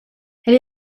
elle